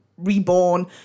reborn